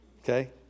Okay